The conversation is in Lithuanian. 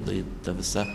tai ta visa